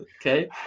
Okay